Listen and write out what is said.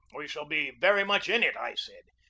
we shall be very much in it, i said.